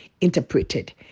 interpreted